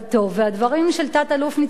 והדברים של תת-אלוף ניצן אלון,